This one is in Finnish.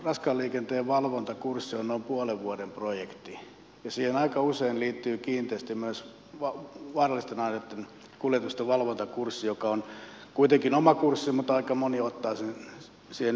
raskaan liikenteen valvontakurssi on noin puolen vuoden projekti ja siihen aika usein liittyy kiinteästi myös vaarallisten aineitten kuljetusten valvontakurssi joka on kuitenkin oma kurssinsa mutta aika moni ottaa sen siihen yhteyteen